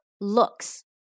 looks